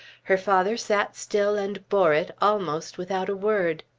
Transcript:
her father sat still and bore it, almost without a word.